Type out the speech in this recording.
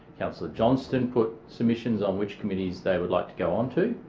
councillor johnston put submissions on which committees they would like to go on to.